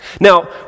Now